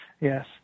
Yes